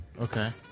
Okay